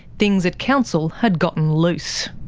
things at council had gotten loose.